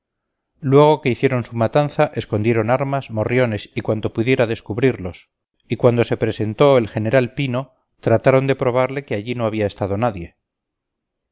luego que hicieron su matanza escondieron armas morriones y cuanto pudiera descubrirlos y cuando se presentó el general pino trataron de probarle que allí no había estado nadie